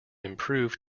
improve